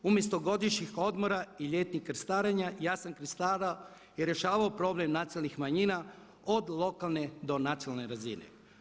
Umjesto godišnjih odmora i ljetnih krstarenja ja sam rješavao problem nacionalnih manjina od lokalne do nacionalne razine.